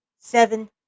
Seven